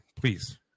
please